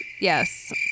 Yes